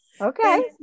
Okay